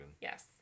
Yes